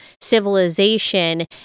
civilization